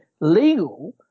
legal